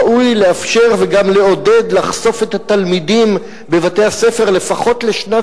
ראוי לאפשר וגם לעודד לחשוף את התלמידים בבתי-הספר לפחות לשנת